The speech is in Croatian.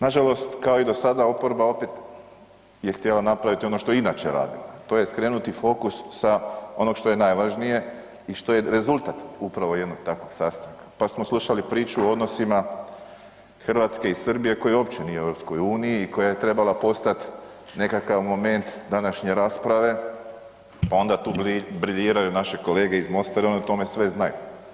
Nažalost kao i do sada oporba opet je htjela napraviti ono što i inače radi, to je skrenuti fokus sa onog što je najvažnije i što je rezultat upravo jednog takvog sastanka pa samo slušali priču o odnosima Hrvatske i Srbije koja uopće koja u EU i koja je trebala postati nekakav moment današnje rasprave pa onda tu briljiraju naše kolege iz MOST-a jer oni o tome sve znaju.